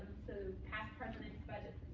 so past president's budgets,